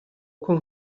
con